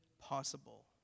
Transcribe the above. possible